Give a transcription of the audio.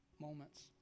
moments